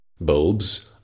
bulbs